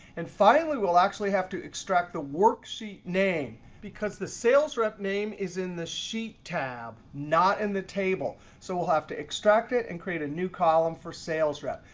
and finally, we'll actually have to extract the worksheet name. name. because the sales rep name is in the sheet tab, not in the table. so we'll have to extract it and create a new column for sales rep.